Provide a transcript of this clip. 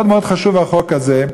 מאוד מאוד חשוב החוק הזה,